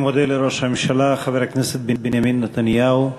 אני מודה לראש הממשלה, חבר הכנסת בנימין נתניהו,